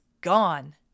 gone